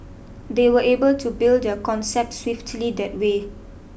they were able to build their concept swiftly that way